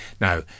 now